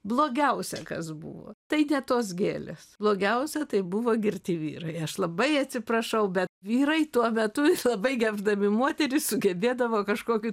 blogiausia kas buvo tai ne tos gėlės blogiausia tai buvo girti vyrai aš labai atsiprašau bet vyrai tuo metu labai gerbdami moteris sugebėdavo kažkokiu